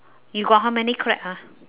you got how many crab ah